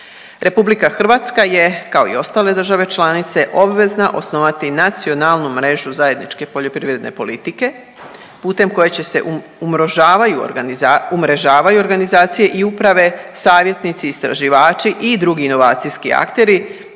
Republika Hrvatska je kao i ostale države članice obvezna osnovati nacionalnu mrežu zajedničke poljoprivredne politike putem koje će se umrežavaju organizacije i uprave, savjetnici, istraživači i drugi inovacijski akteri,